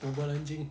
snowball anjing